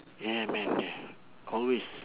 yeah man yeah always